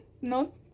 no